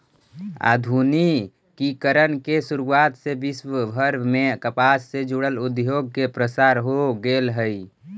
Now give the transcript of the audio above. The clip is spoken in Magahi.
आधुनिकीकरण के शुरुआत से विश्वभर में कपास से जुड़ल उद्योग के प्रसार हो गेल हई